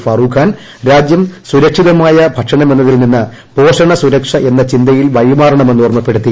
ഫറൂഖ് ഖ്യാൻ രാജ്യം സുരക്ഷിതമായ ഭക്ഷണമെന്നതിൽ നിന്ന് പോഷണ സുരക്ഷ എന്ന ചിന്തയിൽ വഴിമാറണമെന്ന് ഓർമ്മപ്പെടുത്തി